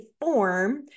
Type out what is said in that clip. form